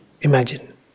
Imagine